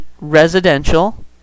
residential